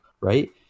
right